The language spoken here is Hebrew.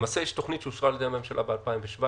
יש תוכנית שאושרה על ידי הממשלה בשנת 2017,